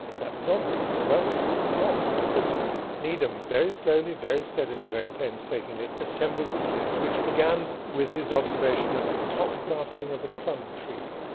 that was obvious! well it was wrong, because needham, very slowly, very steadily painstakingly assembled this list which began with his observation of the top grafting of a plum tree.